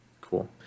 Cool